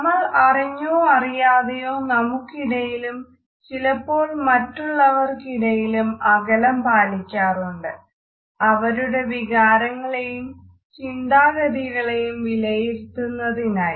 നമ്മൾ അറിഞ്ഞോ അറിയാതെയോ നമുക്കിടയിലും ചിലപ്പോൾ മറ്റുള്ളവർക്കിടയിലും അകലം പാലിക്കാറുണ്ട് അവരുടെ വികാരങ്ങളെയും ചിന്താഗതികളെയും വിലയിരുത്തുന്നതിനായി